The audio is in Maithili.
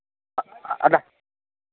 आध्